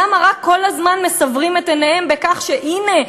למה רק כל הזמן מסברים את אוזנם בכך שהנה,